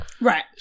right